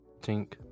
Tink